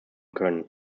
können